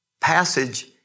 passage